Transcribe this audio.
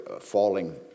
falling